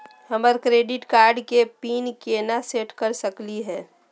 हमर credit card के PIN केना सेट कर सकली हे?